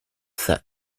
set